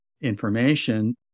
information